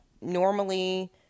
normally